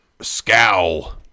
scowl